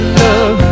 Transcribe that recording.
love